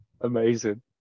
Amazing